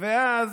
אז